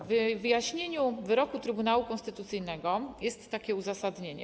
W wyjaśnieniu wyroku Trybunału Konstytucyjnego jest takie uzasadnienie.